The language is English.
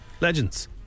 Legends